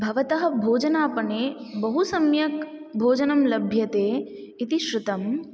भवत भोजनापणे बहुसम्यक् भोजनं लभ्यते इति श्रुतं